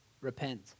repent